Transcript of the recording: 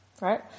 Right